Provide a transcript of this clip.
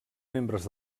membres